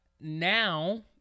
now